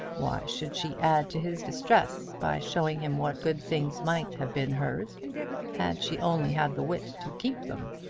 why should she add to his distress by showing him what good things might have been hers had she only had the wit to keep them?